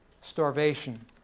starvation